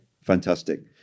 Fantastic